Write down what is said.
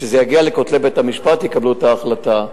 וכשזה יגיע לבית-המשפט יקבלו את ההחלטה.